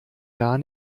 gar